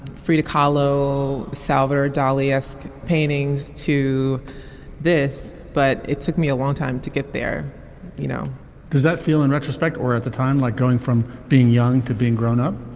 frida kahlo salvador dali esque paintings to this. but it took me a long time to get there you know does that feel in retrospect or at the time like going from being young to being grown up.